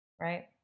right